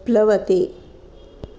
प्लवते